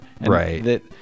Right